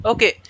Okay